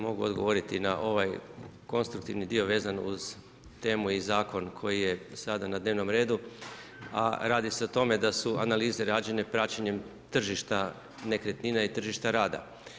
Mogu odgovoriti na ovaj konstruktivni dio vezan uz temu i zakon koji je sada na dnevnom redu, a radi se o tome da su analize rađene praćenjem tržišta nekretnina i tržišta rada.